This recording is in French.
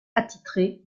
attitré